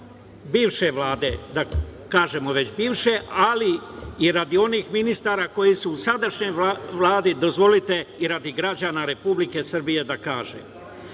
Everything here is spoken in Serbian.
bivše Vlade, da kažemo već bivše, ali i radi onih ministara koji su u sadašnjoj Vladi, dozvolite i radi građana Republike Srbije da kažem,